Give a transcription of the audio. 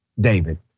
David